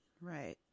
Right